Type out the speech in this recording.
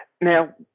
now